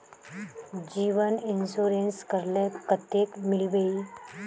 जीवन इंश्योरेंस करले कतेक मिलबे ई?